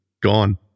gone